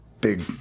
big